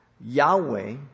Yahweh